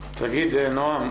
יש לי שאלה אליך,